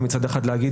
כן,